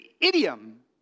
idiom